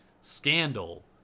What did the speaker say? scandal